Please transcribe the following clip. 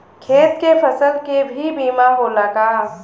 खेत के फसल के भी बीमा होला का?